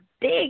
big